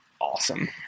awesome